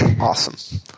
Awesome